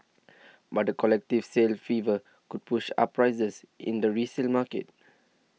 but the collective sale fever could push up prices in the resale market